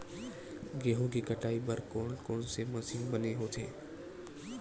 गेहूं के कटाई बर कोन कोन से मशीन बने होथे?